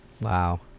Wow